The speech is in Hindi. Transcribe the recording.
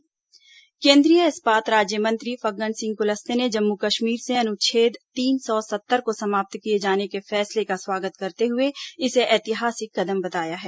केंद्रीय राज्यमंत्री दौरा केंद्रीय इस्पात राज्यमंत्री फग्गन सिंह कुलस्ते ने जम्मू कश्मीर से अनुच्छेद तीन सौ सत्तर को समाप्त किए जाने के फैसले का स्वागत करते हुए इसे ऐतिहासिक कदम बताया है